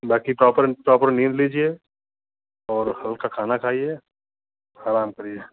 बाकी proper proper नींद लीजिए और हल्का खाना खाईए आराम करिए